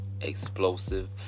explosive